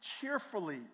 cheerfully